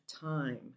time